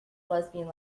lesbian